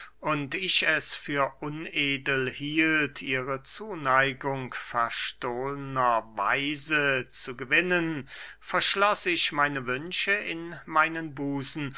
ich es für unedel hielt ihre zuneigung verstohlner weise zu gewinnen verschloß ich meine wünsche in meinen busen